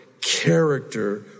character